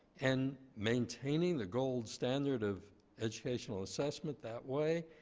and maintaining the gold standard of educational assessment that way,